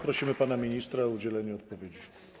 Prosimy pana ministra o udzielenie odpowiedzi.